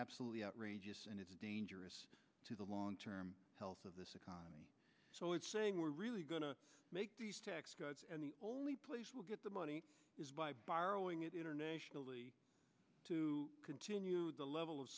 absolutely outrageous and it's dangerous to the long term health of this economy so it's saying we're really going to make these tax cuts and the only place we'll get the money is by borrowing it to continue the level of